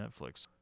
Netflix